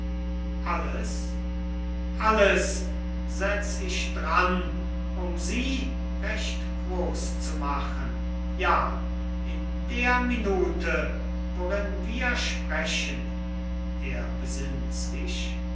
alles alles setz ich dran um sie recht groß zu machen ja in der minute worin wir sprechen er besinnt sich